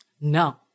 No